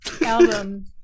album